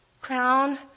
crown